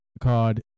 called